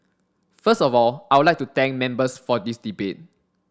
first of all I would like to thank members for this debate